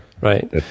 Right